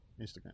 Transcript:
Instagram